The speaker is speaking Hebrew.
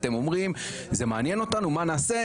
אתם אומרים: זה מעניין אותנו מה נעשה?